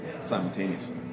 simultaneously